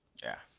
yeah